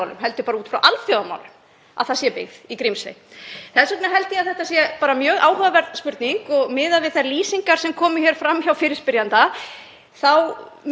þá mun ég velja mjög fallegt veður til að sigla út í Grímsey en vona jafnframt að það geti komið ný ferja fljótlega. Og þá vil ég ítreka mikilvægi þess að sú